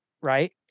right